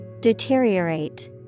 Deteriorate